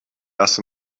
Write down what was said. erst